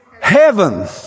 heaven